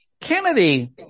Kennedy